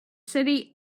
city